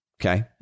okay